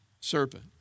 serpent